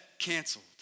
canceled